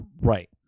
Right